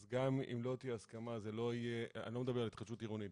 אז גם אם לא תהיה הסכמה אני לא מדבר על התחדשות עירונית,